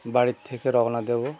বাড়ির থেকে রওনা দেব